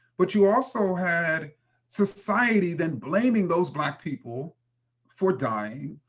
but you also had society then blaming those black people for dying.